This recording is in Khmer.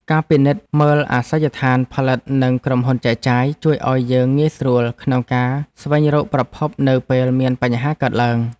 ការពិនិត្យមើលអាសយដ្ឋានផលិតនិងក្រុមហ៊ុនចែកចាយ ជួយឱ្យយើងងាយស្រួលក្នុងការស្វែងរកប្រភពនៅពេលមានបញ្ហាកើតឡើង។